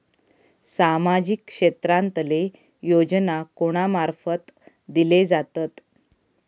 सामाजिक क्षेत्रांतले योजना कोणा मार्फत दिले जातत?